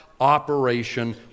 operation